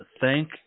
thank